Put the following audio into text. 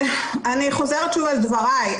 אני חוזרת שוב על דבריי.